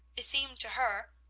it seemed to her,